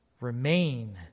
remain